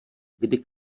kdy